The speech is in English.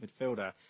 midfielder